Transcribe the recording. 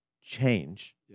change